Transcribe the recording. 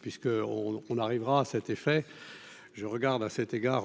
puisque on arrivera à cet effet, je regarde à cet égard.